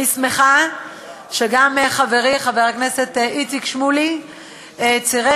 אני שמחה שגם חברי חבר הכנסת איציק שמולי צירף